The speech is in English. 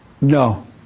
No